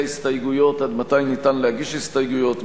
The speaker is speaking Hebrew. ההסתייגויות: עד מתי ניתן להגיש הסתייגויות,